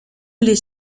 les